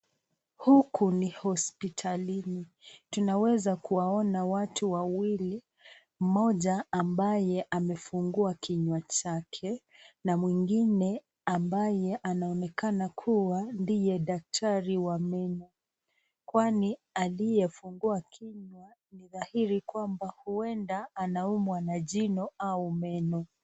Huku ni hospitalini. Tunaweza kuwaona watu wawili, mmoja ambaye amefungua kinywa chake na mwingine ambaye anaonekana kuwa ndiye daktari wa meno. Kwani aliyefungua kinywa ni dhahiri kwamba huenda anaumwa na jino au meno.